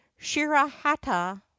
shirahata